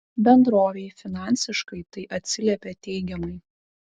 bendrovei finansiškai tai atsiliepė teigiamai